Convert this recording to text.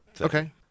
Okay